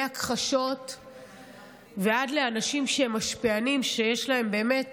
מהכחשות ועד לאנשים משפיענים שיש להם באמת